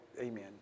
amen